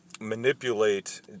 manipulate